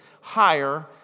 higher